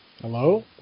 Hello